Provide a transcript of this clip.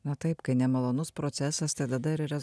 na taip kai nemalonus procesas tada ir rez